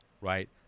right